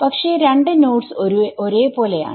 പക്ഷെ രണ്ടു നോഡ്സ് ഒരേ പോലെയാണ്